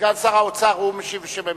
סגן שר האוצר הוא המשיב בשם הממשלה,